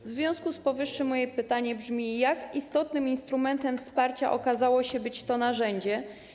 W związku z powyższym moje pytanie brzmi: Jak istotnym instrumentem wsparcia okazało się to narzędzie?